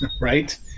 Right